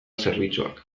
zerbitzuak